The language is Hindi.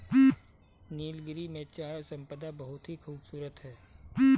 नीलगिरी में चाय संपदा बहुत ही खूबसूरत है